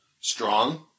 strong